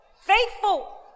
faithful